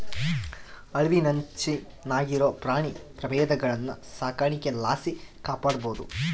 ಅಳಿವಿನಂಚಿನಾಗಿರೋ ಪ್ರಾಣಿ ಪ್ರಭೇದಗುಳ್ನ ಸಾಕಾಣಿಕೆ ಲಾಸಿ ಕಾಪಾಡ್ಬೋದು